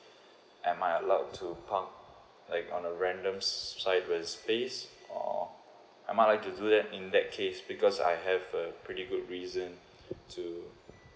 am I allowed to park like on a random space or am I right to do that in that case because I have a pretty good reason to